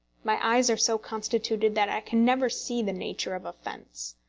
my eyes are so constituted that i can never see the nature of a fence.